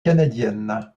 canadienne